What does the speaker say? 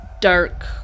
dark